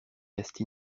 reste